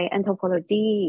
Anthropology